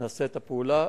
נעשה את הפעולה.